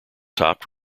topped